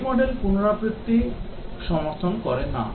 V model পুনরাবৃত্তি সমর্থন করে না